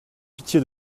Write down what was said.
pitié